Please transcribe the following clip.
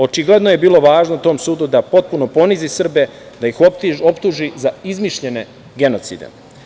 Očigledno je bilo važno tom sudu da potpuno ponizi Srbije, da ih optuži za izmišljene genocide.